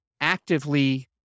actively